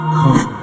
come